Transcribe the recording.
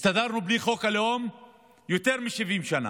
הסתדרנו בלי חוק הלאום יותר מ-70 שנה,